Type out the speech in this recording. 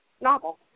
novel